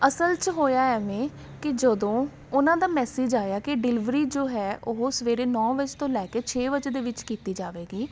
ਅਸਲ 'ਚ ਹੋਇਆ ਐਵੇਂ ਕਿ ਜਦੋਂ ਉਹਨਾਂ ਦਾ ਮੈਸੇਜ ਆਇਆ ਕੇ ਡਿਲਵਰੀ ਜੋ ਹੈ ਉਹ ਸਵੇਰੇ ਨੋ ਵਜੇ ਤੋਂ ਲੈ ਕੇ ਛੇ ਵਜੇ ਦੇ ਵਿੱਚ ਕੀਤੀ ਜਾਵੇਗੀ